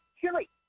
chili